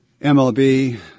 mlb